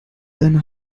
deiner